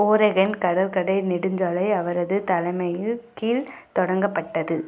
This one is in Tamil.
ஓரகன் கடற்கரை நெடுஞ்சாலை அவரது தலைமையில் கீழ் தொடங்கப்பட்டது